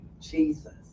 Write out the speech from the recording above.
Jesus